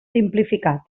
simplificat